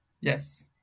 yes